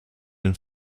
and